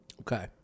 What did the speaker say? Okay